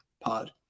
Pod